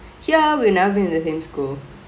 here we have never been in the same school